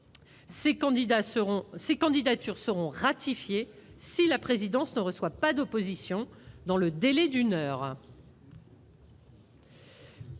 Ces candidatures seront ratifiées si la présidence ne reçoit pas d'opposition dans le délai d'une heure.